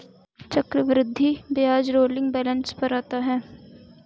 चक्रवृद्धि ब्याज rolling balance पर आता है